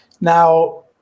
Now